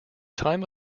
time